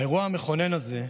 האירוע המכונן הזה,